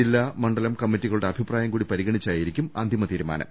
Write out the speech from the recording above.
ജില്ലാ മണ്ഡലം കമ്മിറ്റിക ളുടെ അഭിപ്രായം കൂടി പരിഗണിച്ചായിരിക്കും അന്തിമ തീരുമാനം